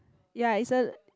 ya is a